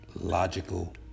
logical